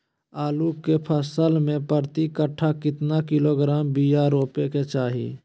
आलू के फसल में प्रति कट्ठा कितना किलोग्राम बिया रोपे के चाहि?